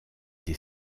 des